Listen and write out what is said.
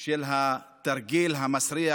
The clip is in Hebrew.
של התרגיל המסריח